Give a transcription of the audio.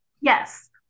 Yes